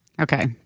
Okay